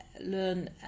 learn